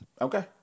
Okay